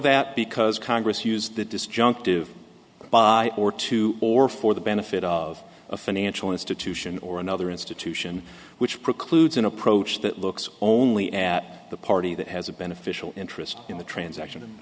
that because congress used the disjunctive by or to or for the benefit of a financial institution or another institution which precludes an approach that looks only at the party that has a beneficial interest in the transaction